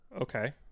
okay